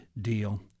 deal